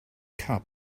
cup